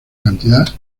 cantidad